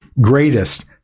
Greatest